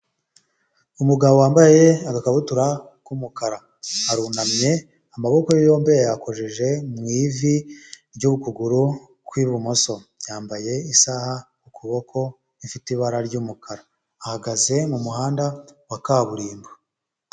Umugabo wambaye agakabutura k'umukara arunamye, amaboko yombi yayakojeje mu ivi ry'ukuguru kw'ibumoso, yambaye isaha Ku kuboko ifite ibara ry'umukara, ahagaze mu muhanda wa kaburimbo.